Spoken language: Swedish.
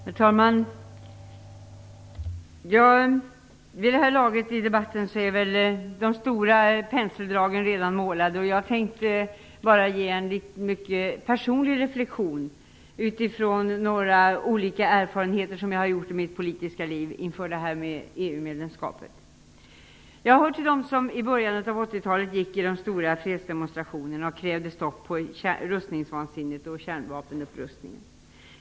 Herr talman! Vid det här laget i debatten är de stora penseldragen redan målade. Jag tänkte bara göra en mycket personlig reflexion utifrån några olika erfarenheter som jag har gjort i mitt politiska liv inför detta med EU-medlemskapet. Jag hör till dem som i början av 80-talet gick i de stora fredsdemonstrationerna och krävde stopp på rustningsvansinnet och kärnvapenkapprustningen.